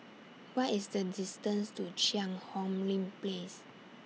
What IS The distance to Cheang Hong Lim Place